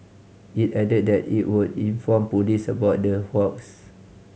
it added that it would inform police about the hoax